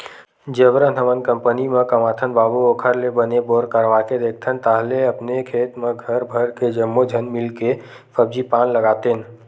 जबरन हमन कंपनी म कमाथन बाबू ओखर ले बने बोर करवाके देखथन ताहले अपने खेत म घर भर के जम्मो झन मिलके सब्जी पान लगातेन